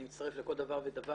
אני מצטרף לכל דבר ודבר